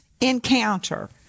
encounter